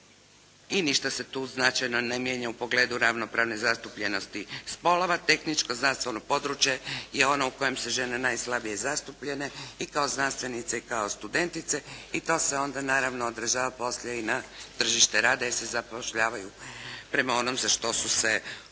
i ništa se tu značajno ne mijenja u pogledu ravnopravne zastupljenosti spolova. Tehničko, znanstveno područje je ono u kojem su žene najslabije zastupljene i kao znanstvenice i kao studentice i to se onda naravno odražava poslije i na tržište rada jer se zapošljavaju prema onom za što su se obrazovale.